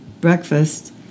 breakfast